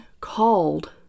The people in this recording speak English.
called